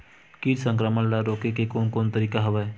कीट संक्रमण ल रोके के कोन कोन तरीका हवय?